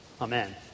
Amen